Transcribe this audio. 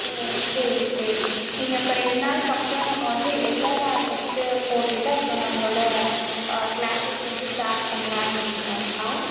ஓ சரி சரி நீங்கள் இப்போ ரெண்டு நாளுக்கப்புறம் நம்ம வந்து எல்எல்ஆர் ஃபஸ்டு போட்டுவிட்டு அப்புறம் நம்மளோட க்ளாஸ்ஸஸ் வந்து ஸ்டார்ட் பண்ணலான்னு இருக்கோம்ப்பா